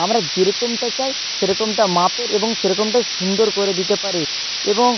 আমরা যেরকমটা চাই সেরকমটা মাপের এবং সেরকমটাই সুন্দর করে দিতে পারে এবং